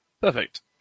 Perfect